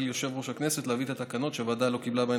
על יושב-ראש הכנסת להביא את התקנות שהוועדה לא קיבלה בהן